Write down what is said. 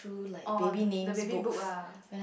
oh the baby book ah